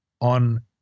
on